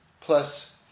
plus